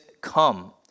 come